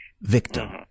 Victim